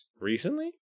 recently